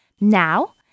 Now